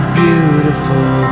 beautiful